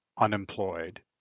unemployed